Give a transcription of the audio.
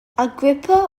agrippa